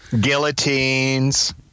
Guillotines